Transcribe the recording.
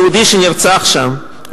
היהודי שנרצח שם,